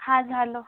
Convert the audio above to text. हां झालं